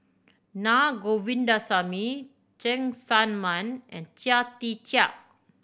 Naa Govindasamy Cheng Tsang Man and Chia Tee Chiak